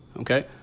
okay